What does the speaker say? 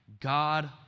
God